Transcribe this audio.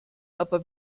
aber